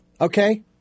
okay